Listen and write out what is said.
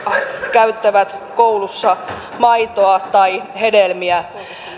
käyttävät koulussa maitoa tai hedelmiä